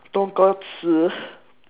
tonkatsu